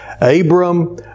Abram